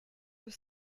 have